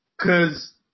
Cause